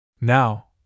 Now